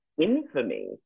infamy